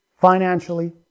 financially